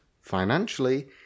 financially